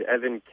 Evan